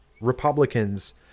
Republicans